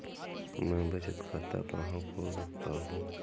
मैं बचत खाता कहाँ खोल सकता हूँ?